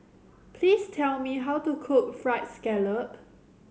please tell me how to cook Fried Scallop